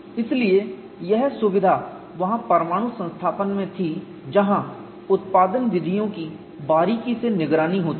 इसलिए यह सुविधा वहां परमाणु संस्थापन में थी जहां उत्पादन विधियों की बारीकी से निगरानी होती है